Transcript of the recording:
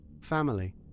family